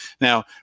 Now